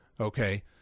Okay